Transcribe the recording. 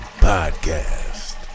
Podcast